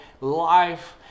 life